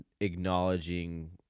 acknowledging